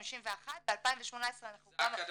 51, ב-2018 אנחנו גם --- זה אקדמאים.